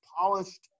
polished